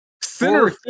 Center